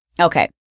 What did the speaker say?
Okay